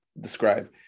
Describe